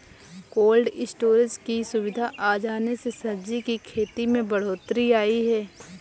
cold storage की सुविधा आ जाने से सब्जी की खेती में बढ़ोत्तरी आई है